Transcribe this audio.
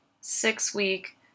six-week